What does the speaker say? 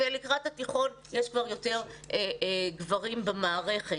לקראת התיכון יש כבר יותר גברים במערכת.